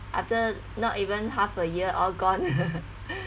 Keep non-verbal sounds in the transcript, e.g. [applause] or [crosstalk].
after not even half a year all gone [laughs]